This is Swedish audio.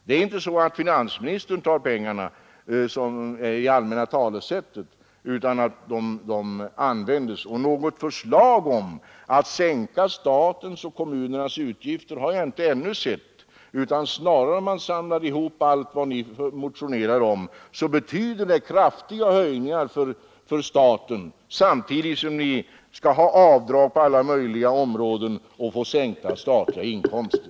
Det är inte så, som i det allmänna talesättet, att finansministern tar pengarna, utan de används. Något förslag om att sänka statens och kommunernas utgifter har jag inte ännu sett. Om man samlar ihop allt vad ni motionerar om så betyder det snarare kraftiga höjningar för staten, samtidigt som ni skall ha avdrag på alla möjliga områden och sänkta statliga inkomster.